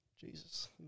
Jesus